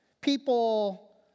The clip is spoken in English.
people